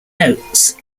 notes